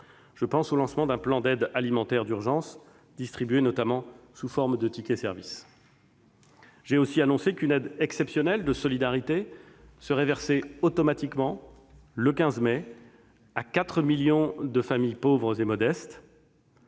Je pense au lancement d'un plan d'aide alimentaire d'urgence, distribuée notamment sous forme de tickets services. J'ai aussi annoncé qu'une aide exceptionnelle de solidarité serait automatiquement versée, le 15 mai, à 4 millions de familles pauvres et modestes